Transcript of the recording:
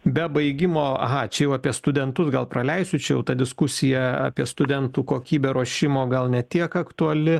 be baigimo aha čia jau apie studentus gal praleisiu čia jau ta diskusija apie studentų kokybę ruošimo gal ne tiek aktuali